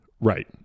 Right